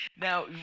Now